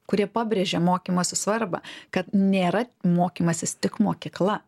kurie pabrėžia mokymosi svarbą kad nėra mokymasis tik mokykla